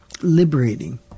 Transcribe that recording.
liberating